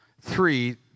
Three